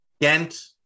Ghent